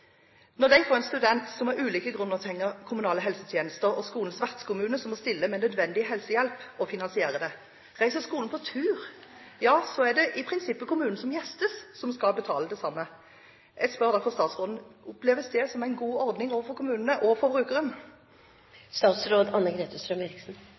Når de får en student som av ulike grunner trenger kommunale helsetjenester, er det skolens vertskommune som må stille med nødvendig helsehjelp og finansiere den. Reiser skolen på tur, er det i prinsippet kommunen som gjestes, som skal betale for det samme. Jeg spør derfor statsråden: Oppleves det som en god ordning overfor kommunene og